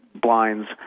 blinds